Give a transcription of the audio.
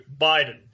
Biden